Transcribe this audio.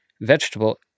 vegetable